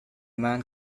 man